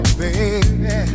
baby